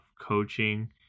coaching